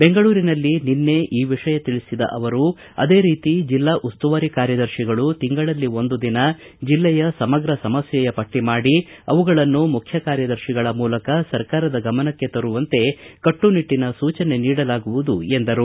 ಬೆಂಗಳೂರಿನಲ್ಲಿ ನಿನ್ನೆ ಈ ವಿಷಯ ತಿಳಿಸಿದ ಅವರು ಅದೇ ರೀತಿ ಜಿಲ್ಲಾ ಉಸ್ತುವಾರಿ ಕಾರ್ಯದರ್ತಿಗಳು ತಿಂಗಳಲ್ಲಿ ಒಂದು ದಿನ ಜಿಲ್ಲೆಯ ಸಮಗ್ರ ಸಮಸ್ಥೆಯ ಪಟ್ಟ ಮಾಡಿ ಅವುಗಳನ್ನು ಮುಖ್ಖಕಾರ್ಯದರ್ತಿಗಳ ಮೂಲಕ ಸರ್ಕಾರದ ಗಮನಕ್ಕೆ ತರುವಂತೆ ಕಟ್ಟುನಿಟ್ಟನ ಸೂಚನೆ ನೀಡಲಾಗುವುದು ಎಂದರು